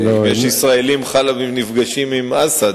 אם יש ישראלים חאלבים שנפגשים עם אסד.